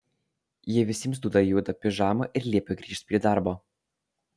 jie visiems duoda juodą pižamą ir liepia grįžt prie darbo